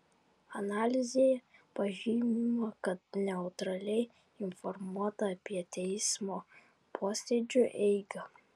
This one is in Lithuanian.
analizėje pažymima kad neutraliai informuota apie teismo posėdžių eigą